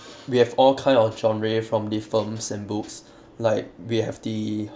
we have all kind of genre from the films and books like we have the